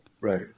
Right